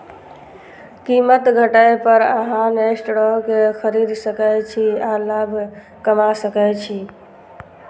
कीमत घटै पर अहां स्टॉक खरीद सकै छी आ लाभ कमा सकै छी